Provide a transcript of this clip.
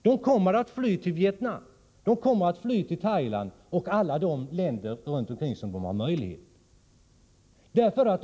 De kommer att fly till Vietnam, Thailand och alla andra länder runt omkring som de har möjlighet att fly till.